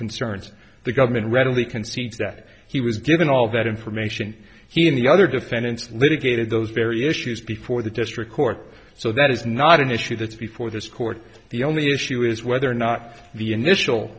concerns the government readily concede that he was given all that information he and the other defendants litigated those very issues before the district court so that is not an issue that's before this court the only issue is whether or not the initial